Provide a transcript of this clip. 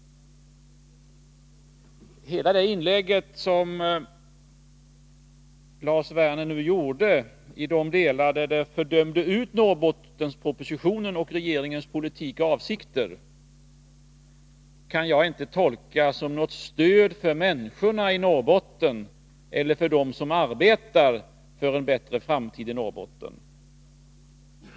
Hela det inlägg som Lars Werner nu gjorde, i de delar som det dömde ut Norrbottenpropositionen och regeringens politik och avsikter, kan jag inte tolka som något stöd för människorna i Norrbotten eller för dem som arbetar för en bättre framtid i Norrbotten.